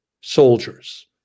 soldiers